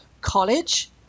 college